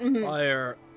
Fire